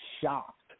shocked